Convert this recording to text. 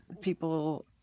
people